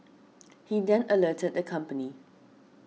he then alerted the company